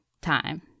time